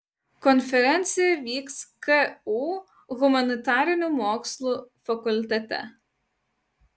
konferencija vyks ku humanitarinių mokslų fakultete